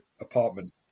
apartment